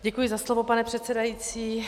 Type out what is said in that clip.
Děkuji za slovo, pane předsedající.